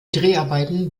dreharbeiten